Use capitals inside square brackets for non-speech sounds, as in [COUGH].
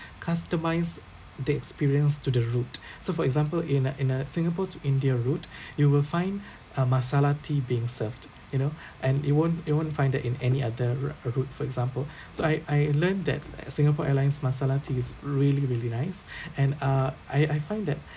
customise the experience to the route [BREATH] so for example in a in a singapore to india route [BREATH] you will find a masala tea being served you know [BREATH] and you won't you won't find that in any other route uh route for example [BREATH] so I I learned that Singapore Airlines masala tea is really really nice [BREATH] and uh I I find that